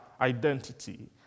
identity